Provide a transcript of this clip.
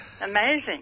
amazing